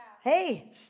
Hey